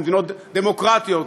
במדינות דמוקרטיות.